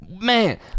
Man